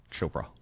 Chopra